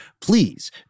please